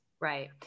Right